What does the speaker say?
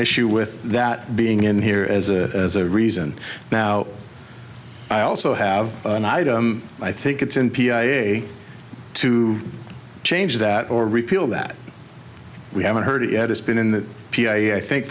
issue with that being in here as a reason now i also have an item i think it's in p i a to change that or repeal that we haven't heard of yet it's been in the p i i think